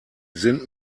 sind